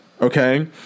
okay